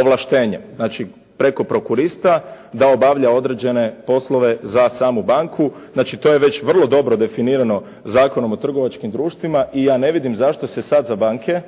ovlaštenje. Znači preko prokurista da obavlja određene poslove za samu banku, znači to je već vrlo dobro definirano Zakonom o trgovačkim društvima i ja ne vidim zašto se sad za banke